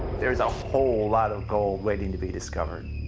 there is a whole lot of gold waiting to be discovered.